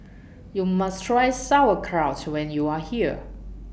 YOU must Try Sauerkraut when YOU Are here